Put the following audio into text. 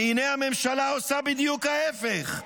והינה, הממשלה עושה בדיוק ההפך.